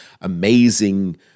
amazing